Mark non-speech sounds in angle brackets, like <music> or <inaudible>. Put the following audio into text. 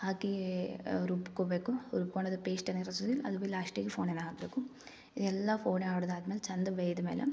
ಹಾಕಿ ರುಬ್ಕೊಬೇಕು ರುಬ್ಕೊಂಡದ್ದು ಪೇಸ್ಟ್ <unintelligible> ಅದು ಬಿ ಲಾಸ್ಟಿಗೆ ಫೋನೆನ ಹಾಕ್ಬೇಕು ಎಲ್ಲ ಫೋನೆ ಹೊಡ್ದಾದ್ಮೇಲೆ ಚಂದ ಬೆಂದ್ಮೇಲೆ